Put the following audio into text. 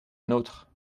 nôtre